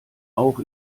auch